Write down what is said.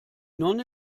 nonne